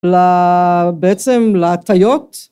לבעצם להטיות